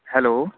hello